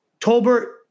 Tolbert